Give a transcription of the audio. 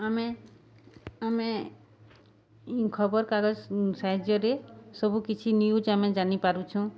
ଆମେ ଆମେ ଖବର୍ କାଗଜ୍ ସାହାଯ୍ୟରେ ସବୁକିଛି ନ୍ୟୁଜ୍ ଆମେ ଜାନିପାରୁଛୁଁ